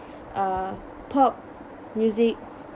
uh pop music